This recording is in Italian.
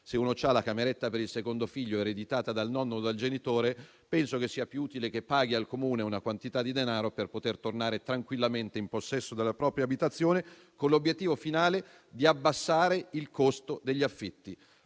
se uno ha la cameretta per il secondo figlio ereditata dal nonno o dal genitore, penso sia più utile che paghi al Comune una quantità di denaro per poter tornare tranquillamente in possesso della propria abitazione - con l'obiettivo finale di diminuire il costo degli affitti.